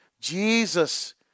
Jesus